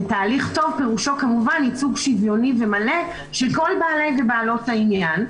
תהליך טוב פירושו כמובן ייצוג שוויוני ומלא של כל בעלי ובעלות העניין.